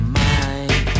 mind